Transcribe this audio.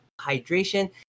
hydration